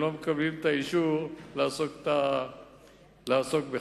הם לא מקבלים את האישור לעסוק בכך.